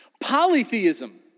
Polytheism